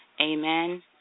Amen